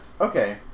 Okay